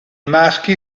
maschi